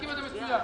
בני עקיבא זה מצוין.